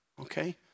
okay